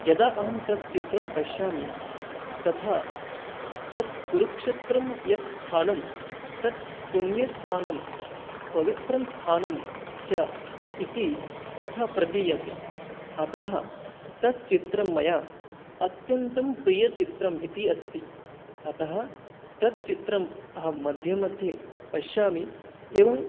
यदा अहं तत् चित्रं पश्यामि तदा तत् कुरुक्षेत्रं यत् स्थानं तत् पुण्यस्थानं पवित्रस्थानं च इति तथा प्रतीयते अतः तत्चित्रं मया अत्यन्तं प्रियचित्रम् इति अस्ति अतः तद् चित्रम् अहं मध्ये मध्ये पश्यामि एवम्